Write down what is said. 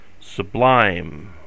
Sublime